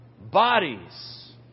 bodies